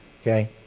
Okay